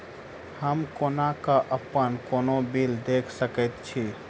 हम कोना कऽ अप्पन कोनो बिल देख सकैत छी?